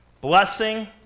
blessing